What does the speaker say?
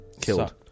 killed